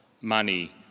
money